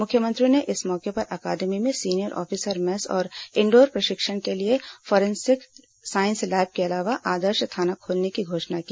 मुख्यमंत्री ने इस मौके पर अकादमी में सीनियर ऑफिसर मेस और इंडोर प्रशिक्षण के लिए फॉरेंसिक साईस लैब के अलावा आदर्श थाना खोलने की घोषणा की